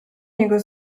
niego